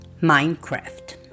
Minecraft